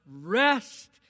rest